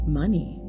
money